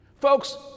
Folks